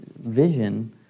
vision